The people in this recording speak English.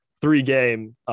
three-game